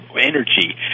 energy